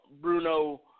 Bruno